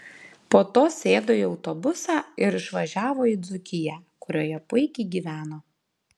po to sėdo į autobusą ir išvažiavo į dzūkiją kurioje puikiai gyveno